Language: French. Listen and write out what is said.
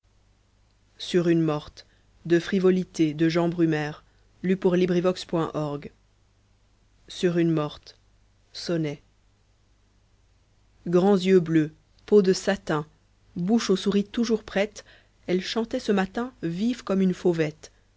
sur une morte sonnet grands yeux bleus peau de satin bouche au souris toujours prête elle chantait ce matin vive comme une fauvette